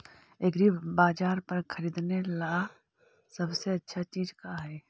एग्रीबाजार पर खरीदने ला सबसे अच्छा चीज का हई?